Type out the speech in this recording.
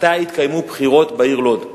מתי יתקיימו בחירות בעיר לוד,